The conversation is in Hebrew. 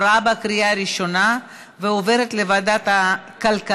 לוועדה שתקבע ועדת הכנסת